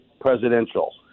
presidential